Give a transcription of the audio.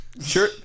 Sure